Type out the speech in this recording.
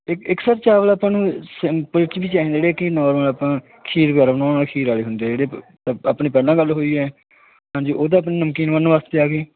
ਇਕ ਇੱਕ ਸਰ ਚਾਵਲ ਆਪਾਂ ਨੂੰ ਸਿੰਪਲ 'ਚ ਵੀ ਚਾਹੀਦੇ ਨੇ ਆ ਆਪਾਂ ਖੀਰ ਲਗੈਰਾ ਖੀਰ ਵਾਲੇ ਹੁੰਦੇ ਜਿਹੜੇ ਆਪਣੇ ਪਹਿਲਾਂ ਗੱਲ ਹੋਈ ਹ ਹਾਂਜੀ ਉਹ ਤਾਂ ਆਪਣੀ ਨਮਕੀਨ ਬਣਨ ਵਾਸਤੇ ਆ ਗਏ